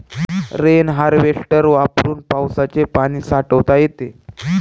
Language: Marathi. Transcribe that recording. रेन हार्वेस्टर वापरून पावसाचे पाणी साठवता येते